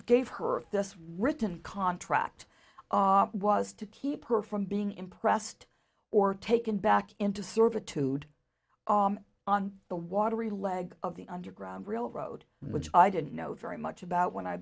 gave her this written contract was to keep her from being impressed or taken back into servitude on the watery leg of the underground railroad which i didn't know very much about when i